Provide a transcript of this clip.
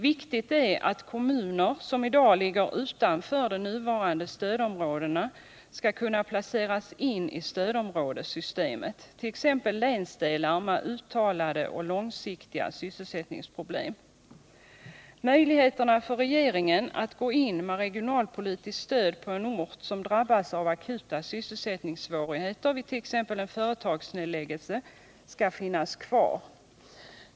Viktigt är att kommuner, som i dag ligger utanför de nuvarande stödområdena, skall kunna placeras in i stödområdessystemet, t.ex. länsdelar med uttalade och långsiktiga sysselsättningsproblem. Möjligheterna för regeringen att gå in med regionalpolitiskt stöd på en ort som drabbas av akuta sysselsättningssvårigheter vid t.ex. en företagsnedläggelse skall finnas kvar.